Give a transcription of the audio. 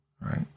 right